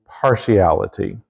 partiality